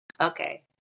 Okay